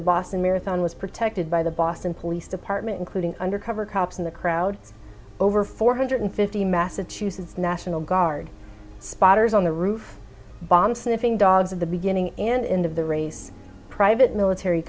the boston marathon was protected by the boston police department including undercover cops in the crowds over four hundred fifty massachusetts national guard spotters on the roof bomb sniffing dogs at the beginning and end of the race private military